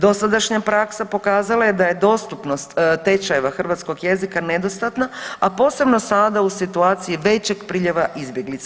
Dosadašnja praksa pokazala je da je dostupnost tečajeva hrvatskog jezika nedostatna, a posebno sada u situaciji većeg priljeva izbjeglica.